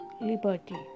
liberty